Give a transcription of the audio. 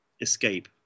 escape